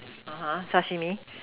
Sashimi